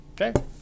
Okay